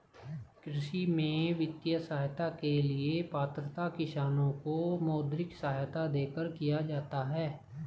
कृषि में वित्तीय सहायता के लिए पात्रता किसानों को मौद्रिक सहायता देकर किया जाता है